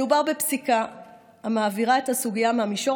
מדובר בפסיקה המעבירה את הסוגיה מהמישור